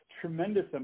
tremendous